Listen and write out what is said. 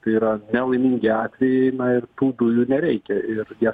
tai yra nelaimingi atvejai ir tų dujų nereikia ir jie